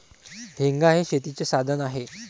हेंगा हे शेतीचे साधन आहे